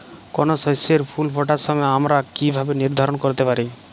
কোনো শস্যের ফুল ফোটার সময় আমরা কীভাবে নির্ধারন করতে পারি?